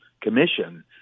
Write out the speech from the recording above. commission